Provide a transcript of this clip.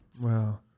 Wow